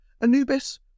Anubis